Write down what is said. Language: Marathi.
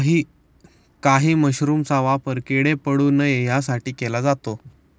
काही मशरूमचा वापर किडे पडू नये यासाठी केला जातो